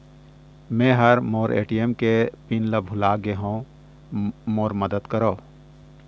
मै ह मोर ए.टी.एम के पिन ला भुला गे हों मोर मदद करौ